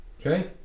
Okay